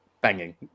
banging